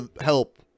help